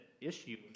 issue